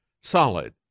solid